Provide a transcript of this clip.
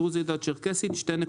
הדרוזית או הצ'רקסית,